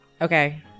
Okay